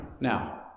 Now